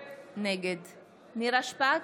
נגד נירה שפק,